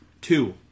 two